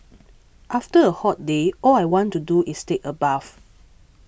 after a hot day all I want to do is take a bath